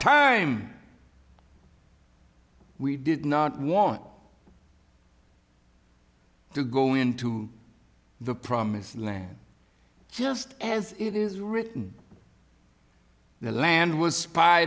time we did not want to go into the promised land just as it is written the land was